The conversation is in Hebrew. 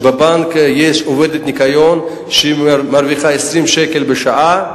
שיש שם עובדת ניקיון שמרוויחה 20 שקל בשעה,